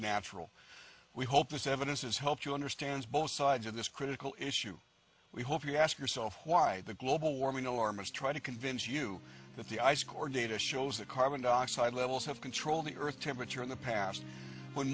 natural we hope this evidence has helped you understand both sides of this critical issue we hope you ask yourself why the global warming alarmists try to convince you that the ice core data shows that carbon dioxide levels have controlled the earth's temperature in the past when